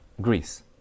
Greece